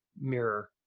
mirror